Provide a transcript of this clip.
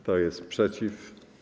Kto jest przeciw?